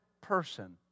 person